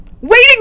waiting